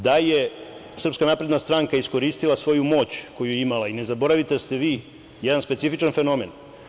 Da je SNS iskoristila svoju moć koju je imala i ne zaboravite da ste vi jedan specifičan fenomen.